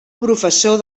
professor